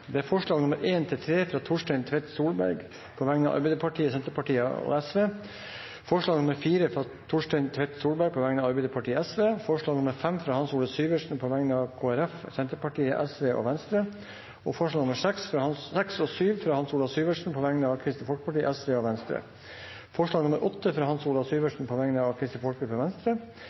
alt elleve forslag. Det er forslagene nr. 1–3, fra Torstein Tvedt Solberg på vegne av Arbeiderpartiet, Senterpartiet og Sosialistisk Venstreparti forslag nr. 4, fra Torstein Tvedt Solberg på vegne av Arbeiderpartiet og Sosialistisk Venstreparti forslag nr. 5, fra Hans Olav Syversen på vegne av Kristelig Folkeparti, Senterpartiet, Sosialistisk Venstreparti og Venstre forslagene nr. 6 og 7, fra Hans Olav Syversen på vegne av Kristelig Folkeparti, Sosialistisk Venstreparti og Venstre